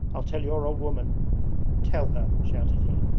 i'll tell your old woman tell her shouted he.